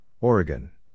Oregon